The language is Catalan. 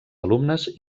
alumnes